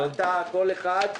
אתה וכל אחד,